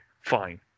fine